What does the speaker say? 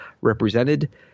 represented